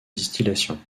distillation